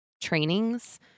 trainings